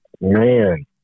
Man